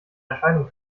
erscheinung